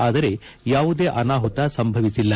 ಆದರೆ ಯಾವುದೇ ಅನಾಹುತ ಸಂಭವಿಸಿಲ್ಲ